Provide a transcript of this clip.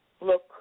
look